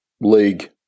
League